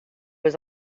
was